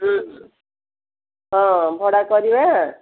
ହଁ ଭଡ଼ା କରିବା